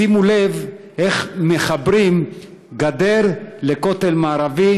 שימו לב איך מחברים גדר לכותל מערבי